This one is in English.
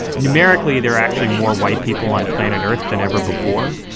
numerically, there are actually more white people on planet earth than ever before.